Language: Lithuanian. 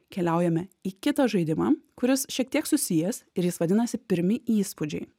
keliaujame į kitą žaidimą kuris šiek tiek susijęs ir jis vadinasi pirmi įspūdžiai